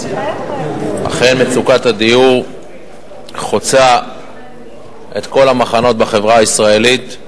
אכן מצוקת הדיור חוצה את כל המחנות בחברה הישראלית.